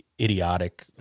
idiotic